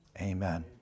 amen